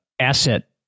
asset